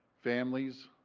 families,